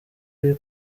uri